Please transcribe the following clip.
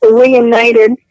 reunited